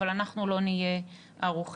אבל אנחנו לא נהיה ערוכים.